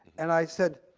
and i said,